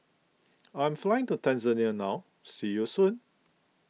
I am flying to Tanzania now see you soon